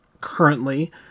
currently